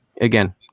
again